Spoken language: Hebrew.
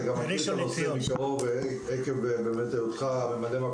אתה גם מכיר את הנושא מקרוב מהיותך הרבה